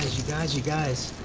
you guys, you guys.